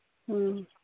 ꯎꯝ